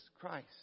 Christ